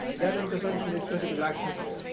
that intervention is going to be life changing.